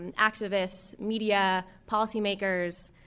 and activists, media, policymakers